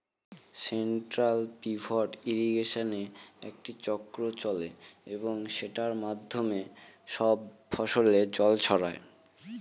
central pivot ইর্রিগেশনে একটি চক্র চলে এবং সেটার মাধ্যমে সব ফসলে জল ছড়ায়